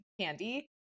candy